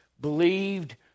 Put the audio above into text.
believed